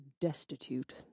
destitute